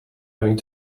going